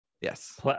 Yes